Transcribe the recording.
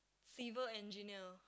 civil engineer